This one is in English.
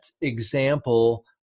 example